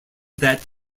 that